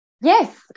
yes